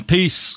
Peace